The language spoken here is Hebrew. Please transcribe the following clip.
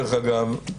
דרך אגב,